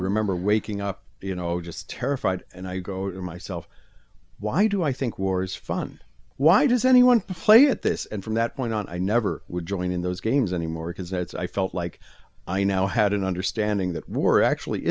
remember waking up you know just terrified and i go in myself why do i think war is fun why does anyone play at this and from that point on i never would join in those games anymore because as i felt like i now had an understanding that we're actually